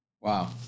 Wow